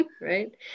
Right